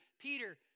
Peter